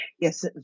Yes